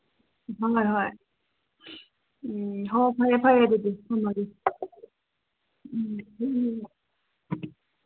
ꯍꯣꯏ ꯍꯣꯏ ꯎꯝ ꯍꯣ ꯐꯔꯦ ꯐꯔꯦ ꯑꯗꯨꯗꯤ ꯊꯝꯃꯒꯦ